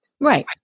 Right